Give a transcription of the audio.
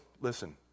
listen